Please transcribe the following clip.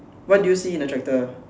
what do you see in the tractor